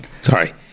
Sorry